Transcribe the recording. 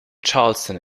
charleston